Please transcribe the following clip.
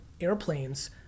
airplanes